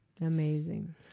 Amazing